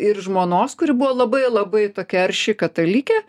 ir žmonos kuri buvo labai labai tokia arši katalikė